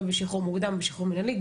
בשחרור מוקדם ושחרור מינהלי,